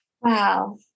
Wow